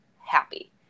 happy